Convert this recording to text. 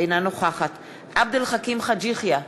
אינה נוכחת עבד אל חכים חאג' יחיא,